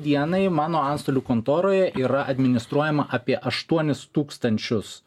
dienai mano antstolių kontoroje yra administruojama apie aštuonis tūkstančius